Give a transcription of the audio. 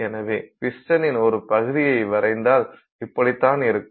எனவே பிஸ்டனின் ஒரு பகுதியை வரைந்தால் இப்படி தான் இருக்கும்